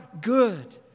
good